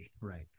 Right